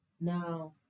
No